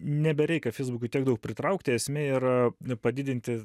nebereikia feisbukui tiek daug pritraukti esmė yra padidinti